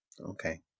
Okay